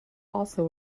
also